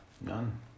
None